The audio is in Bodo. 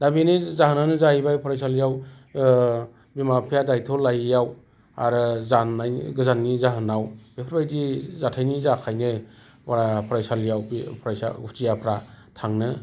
दा बेनि जाहोनानो जाहैबाय फरायसालियाव बिमा बिफाया दाइद्थ' लायियाव आरो गोजाननि जाहोनाव बेफोरबायदि जाथायनि थाखायनो फरायसालियाव खुदियाफोरा थांनो